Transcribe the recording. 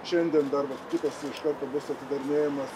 šiandien dar vat kitas iš karto bus atidarinėjamas